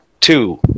Two